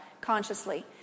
consciously